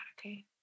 okay